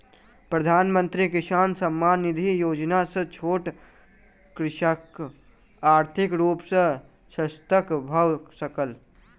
प्रधानमंत्री किसान सम्मान निधि योजना सॅ छोट कृषक आर्थिक रूप सॅ शशक्त भअ सकल